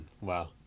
Wow